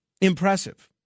impressive